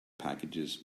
packages